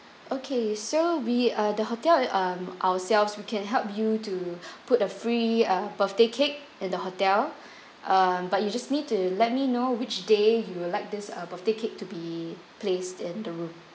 okay so we uh the hotel um ourselves we can help you to put the free uh birthday cake and the hotel uh but you just need to let me know which day you will like this birthday cake to be placed in the room